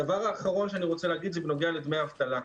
הדבר האחרון שאני רוצה לומר הוא בנוגע לדמי אבטלה.